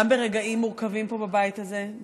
גם ברגעים מורכבים פה בבית הזה,